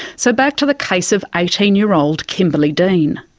so, back to the case of eighteen year old kimberley dean.